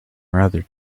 rather